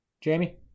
Jamie